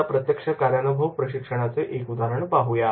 आता प्रत्यक्ष कार्यानुभव प्रशिक्षणाचे एक उदाहरण आपण पाहू या